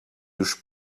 już